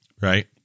Right